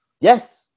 Yes